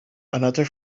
another